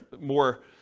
more